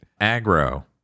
Aggro